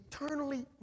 eternally